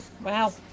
Wow